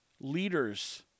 leaders